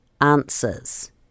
answers